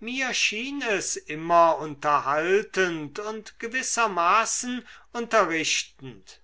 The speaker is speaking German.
mir schien es immer unterhaltend und gewissermaßen unterrichtend